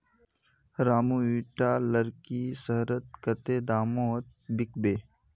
रामू इटा लकड़ी शहरत कत्ते दामोत बिकबे